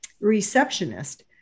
receptionist